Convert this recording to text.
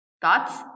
thoughts